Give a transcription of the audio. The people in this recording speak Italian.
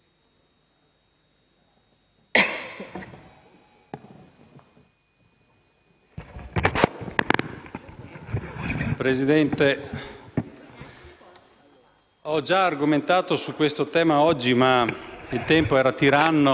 Presidente, ho già argomentato sul tema in esame oggi, ma il tempo era tiranno. Colgo pertanto l'occasione per ribadire i concetti. Chissà mai che possano entrare più facilmente nelle coscienze.